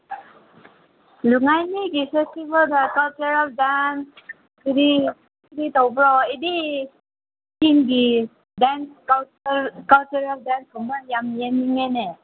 ꯂꯨ ꯉꯥꯏꯅꯤꯒꯤ ꯐꯦꯁꯇꯤꯚꯦꯜꯗ ꯀꯜꯆꯔꯦꯜ ꯗꯥꯟꯁ ꯀꯔꯤ ꯀꯔꯤ ꯇꯧꯕ꯭ꯔꯣ ꯑꯦꯅꯤ ꯆꯤꯡꯒꯤ ꯗꯥꯟꯁ ꯀꯜꯆꯔ ꯀꯜꯆꯔꯦꯜ ꯗꯥꯟꯁꯀꯨꯝꯕ ꯌꯥꯝ ꯌꯦꯡꯅꯤꯡꯉꯦꯅꯦ